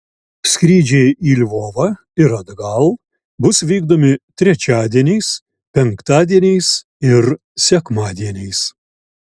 skrydžiai į lvovą ir atgal bus vykdomi trečiadieniais penktadieniais ir sekmadieniais